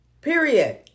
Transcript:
Period